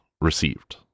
received